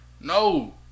No